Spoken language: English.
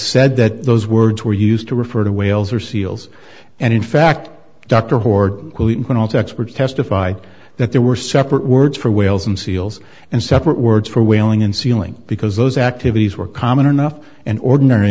said that those words were used to refer to whales or seals and in fact dr horton when all the experts testified that there were separate words for whales and seals and separate words for whaling and sealing because those activities were common enough and ordinary